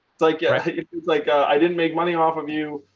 like yeah it's like, i didn't make money off of you,